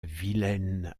vilaine